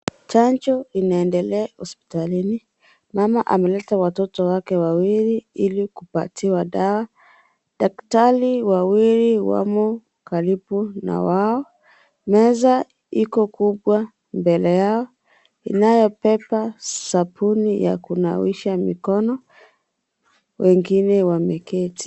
Chanjo inaendelea hospitalini mama ameleta watoto wake wawili ili kuatiwa dawa, daktari wawili wamo karibu na wao. Meza iko kubwa mbele yao inayobeba sabuni ya kunawisha mikono wengine wameketi.